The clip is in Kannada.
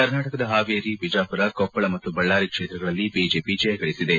ಕರ್ನಾಟಕದ ಹಾವೇರಿಬಿಜಾಪುರ ಕೊಪ್ಪಳ ಮತ್ತು ಬಳ್ದಾರಿ ಕ್ಷೇತ್ರಗಳಲ್ಲಿ ಬಿಜೆಪಿ ಜಯಗಳಿಸಿದೆ